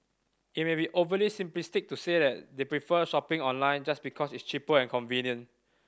it may be overly simplistic to say that they prefer shopping online just because it's cheaper and convenient